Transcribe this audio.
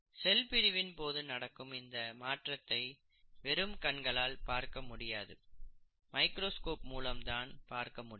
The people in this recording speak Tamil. செல் பிரிவின் போது நடக்கும் இந்த மாற்றத்தை வெறும் கண்களால் பார்க்க முடியாது மைக்ராஸ்கோப் மூலம்தான் பார்க்க முடியும்